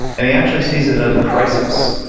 and he actually sees it as a crisis.